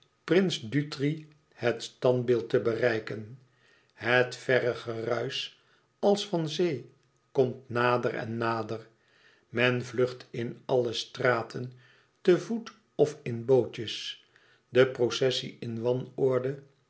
prins dutri het standbeeld te bereiken het verre geruisch als van zee komt nader en nader men vlucht in alle straten te voet of in bootjes de processie in